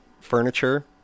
furniture